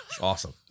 Awesome